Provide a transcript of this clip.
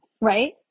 Right